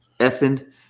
Ethan